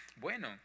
Bueno